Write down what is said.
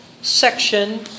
section